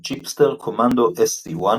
"Jeepster Commando SC-1"